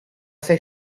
sei